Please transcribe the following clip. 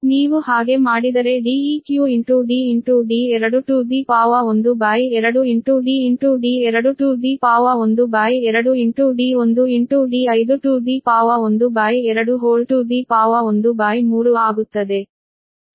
ನೀವು ಹಾಗೆ ಮಾಡಿದರೆ Deq 12 12 12ಇಡೀ ಪವರ್ 13 ಆಗುತ್ತದೆ